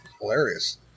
hilarious